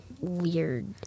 weird